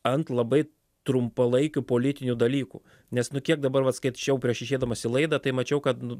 ant labai trumpalaikių politinių dalykų nes nu kiek dabar va skaičiau prieš išeidamas į laidą tai mačiau kad nu